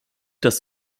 dass